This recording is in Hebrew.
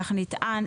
כך נטען.